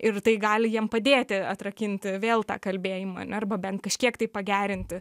ir tai gali jiem padėti atrakinti vėl tą kalbėjimą ane arba bent kažkiek tai pagerinti